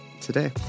today